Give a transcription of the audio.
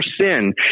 sin